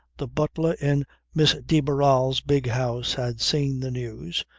the butler in miss de barral's big house had seen the news,